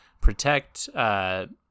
protect—